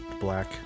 Black